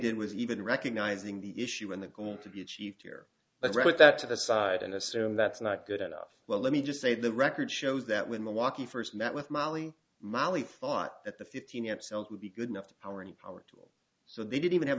did was even recognizing the issue in the going to be achieved here but read that to the side and assume that's not good enough well let me just say the record shows that when the walkie first met with molly molly thought that the fifteen amp cells would be good enough to power any power tool so they didn't even have